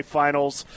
finals